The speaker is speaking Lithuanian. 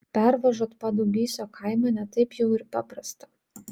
pervažiuot padubysio kaimą ne taip jau ir paprasta